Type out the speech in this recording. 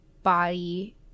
body